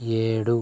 ఏడు